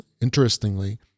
Interestingly